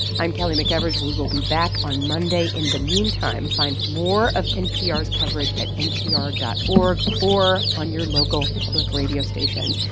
i'm kelly mcevers. we will be back on monday. in the meantime, find more of npr's coverage at npr dot org or on your local public radio station.